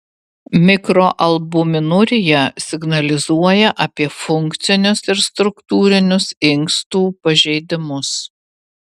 mikroalbuminurija signalizuoja apie funkcinius ir struktūrinius inkstų pažeidimus